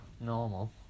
normal